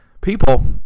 people